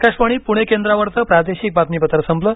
आकाशवाणी पुणे केंद्रावरचं प्रादेशिक बातमीपत्र संपलं